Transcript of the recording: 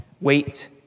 Wait